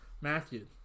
Matthew